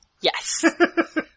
Yes